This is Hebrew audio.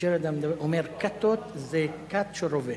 כשאתה אומר "קָתות", זה קת של רובה.